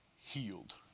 healed